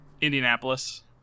Indianapolis